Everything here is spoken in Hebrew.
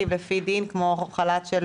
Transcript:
זה יהיה בקבצים תוך כמה ימים.